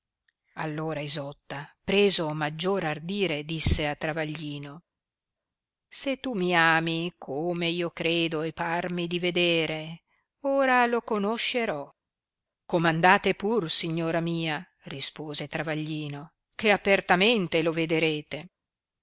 allora isotta preso maggior ardire disse a travaglino se tu mi ami come io credo e parmi di vedere ora lo conoscerò comandate pur signora mia rispose travaglino che apertamente lo vederete